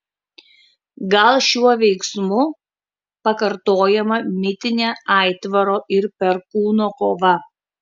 gal šiuo veiksmu pakartojama mitinė aitvaro ir perkūno kova